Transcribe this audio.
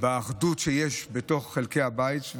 באחדות שיש בין חלקי הבית.